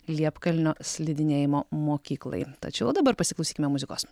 liepkalnio slidinėjimo mokyklai tačiau dabar pasiklausykime muzikos